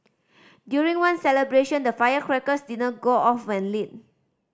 during one celebration the firecrackers did not go off when lit